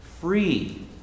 Free